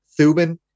Thuban